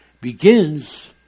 begins